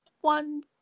one